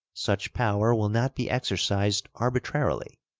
such power will not be exercised arbitrarily,